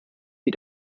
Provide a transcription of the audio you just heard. wie